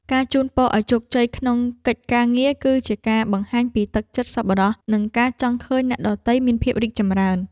ការជូនពរឱ្យជោគជ័យក្នុងកិច្ចការងារគឺជាការបង្ហាញពីចិត្តសប្បុរសនិងការចង់ឃើញអ្នកដទៃមានភាពរីកចម្រើន។